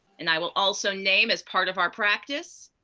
and i will also name, as part of our practice,